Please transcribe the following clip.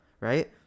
Right